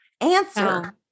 Answer